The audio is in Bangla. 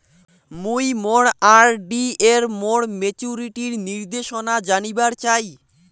মুই মোর আর.ডি এর মোর মেচুরিটির নির্দেশনা জানিবার চাই